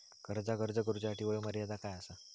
कर्जाक अर्ज करुच्यासाठी वयोमर्यादा काय आसा?